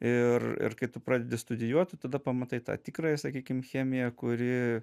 ir ir kai tu pradedi studijuot tu tada pamatai tą tikrąją sakykim chemiją kuri